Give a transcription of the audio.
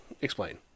explain